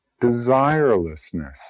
desirelessness